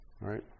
right